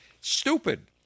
Stupid